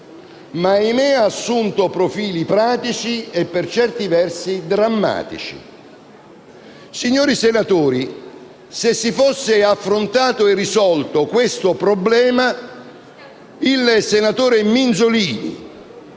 ahimè - ha assunto profili pratici e, per certi versi, drammatici. Signori senatori, se si fosse affrontato e risolto questo problema, il senatore Minzolini